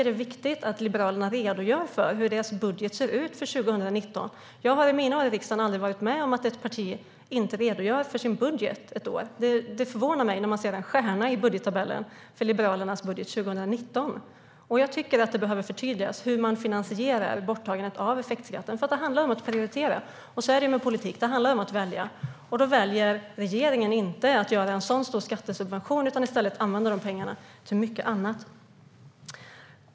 Det är viktigt att Liberalerna redogör för sin budget för 2019. Under mina år i riksdagen har jag aldrig varit med om att ett parti inte redogör för sin budget för ett år. Det förvånar mig att se en stjärna i budgettabellen för Liberalernas budget 2019. Det behöver förtydligas hur de finansierar borttagandet av effektskatten. Det handlar om att prioritera. Politik handlar om att välja. Då väljer inte regeringen att göra en så stor skattesubvention utan väljer i stället att använda pengarna till mycket annat.